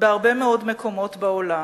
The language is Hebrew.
בהרבה מאוד מקומות בעולם: